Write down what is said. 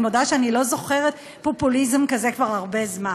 אני מודה שאני לא זוכרת פופוליזם כזה כבר הרבה זמן.